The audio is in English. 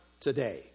today